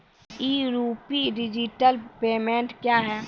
ई RUPI digital payment क्या हैं?